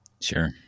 sure